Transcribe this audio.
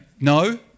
no